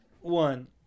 one